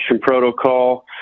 protocol